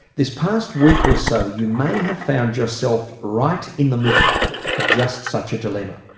this past week or so you may have found yourself right in the middle of just such a dilemma.